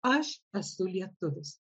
aš esu lietuvis